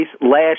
last